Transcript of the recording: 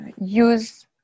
use